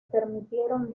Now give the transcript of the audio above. permitieron